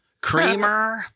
creamer